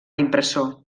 impressor